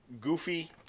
goofy